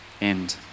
end